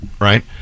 right